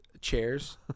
Chairs